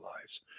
lives